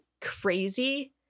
crazy